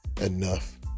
enough